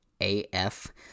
AF